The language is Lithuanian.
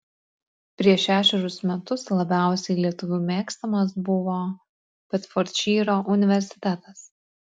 prieš šešerius metus labiausiai lietuvių mėgstamas buvo bedfordšyro universitetas